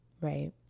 Right